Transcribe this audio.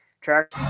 track